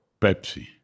Pepsi